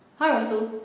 hi russell,